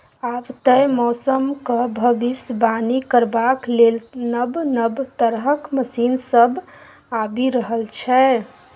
आब तए मौसमक भबिसबाणी करबाक लेल नब नब तरहक मशीन सब आबि रहल छै